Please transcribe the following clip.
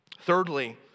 Thirdly